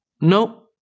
No